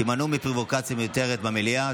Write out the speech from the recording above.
תימנעו מפרובוקציה מיותרת במליאה,